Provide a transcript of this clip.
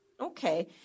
Okay